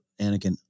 Anakin